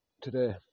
today